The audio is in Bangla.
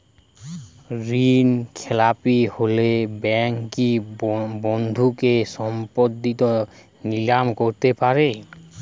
ঋণখেলাপি হলে ব্যাঙ্ক কি বন্ধকি সম্পত্তি নিলাম করতে পারে?